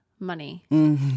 Money